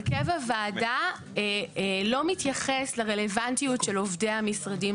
הרכב הוועדה לא מתייחס לרלוונטיות של עובדי המשרדים